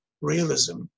realism